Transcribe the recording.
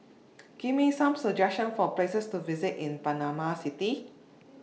Give Me Some suggestions For Places to visit in Panama City